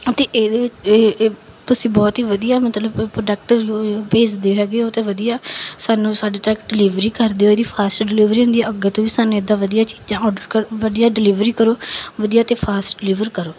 ਅਤੇ ਇਹਦੇ ਵਿੱਚ ਤੁਸੀਂ ਬਹੁਤ ਹੀ ਵਧੀਆ ਮਤਲਬ ਪ੍ਰੋਡਕਟ ਭੇਜਦੇ ਹੈਗੇ ਓ ਅਤੇ ਵਧੀਆ ਸਾਨੂੰ ਸਾਡੇ ਤੱਕ ਡਿਲੀਵਰੀ ਕਰਦੇ ਹੋ ਇਹਦੀ ਫਾਸਟ ਡਿਲੀਵਰੀ ਹੁੰਦੀ ਅੱਗੇ ਤੋਂ ਵੀ ਸਾਨੂੰ ਇੱਦਾਂ ਵਧੀਆ ਚੀਜ਼ਾਂ ਔਡਰ ਕਰ ਵਧੀਆ ਡਿਲੀਵਰੀ ਕਰੋ ਵਧੀਆ ਅਤੇ ਫਾਸਟ ਡਿਲੀਵਰ ਕਰੋ